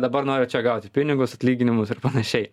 dabar noriu čia gauti pinigus atlyginimus ir panašiai